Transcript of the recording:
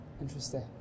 Interesting